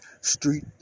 Street